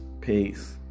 Peace